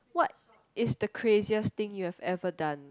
what is the craziest thing you've ever done